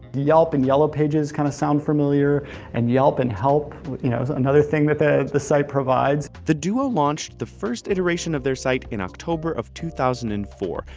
yelp and yellow pages kind of sound familiar and yelp and help, you know, is another thing that the the site provides. the duo launched the first iteration of their site in october of two thousand and four,